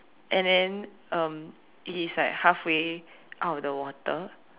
and then um it is like halfway out of the water